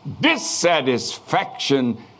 dissatisfaction